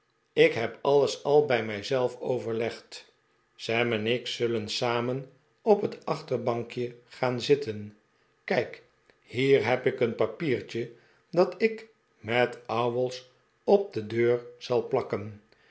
ik heb alles al bij mijzelf overlegd sam en ik zullen samen op het achterbankje gaan zitten kijk hier heb ik een papiertje dat ik met ouwels op de deur zal plakken